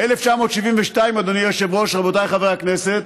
ב-1972, אדוני היושב-ראש, רבותיי חברי הכנסת,